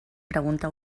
pregunta